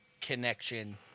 connection